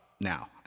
now